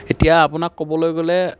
এতিয়া আপোনাক ক'বলৈ গ'লে